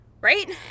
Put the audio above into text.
right